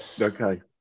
Okay